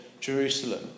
Jerusalem